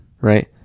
right